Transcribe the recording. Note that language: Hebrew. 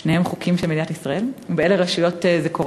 2. באילו רשויות זה קורה?